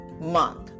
month